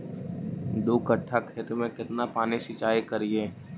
दू कट्ठा खेत में केतना पानी सीचाई करिए?